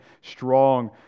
strong